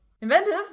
inventive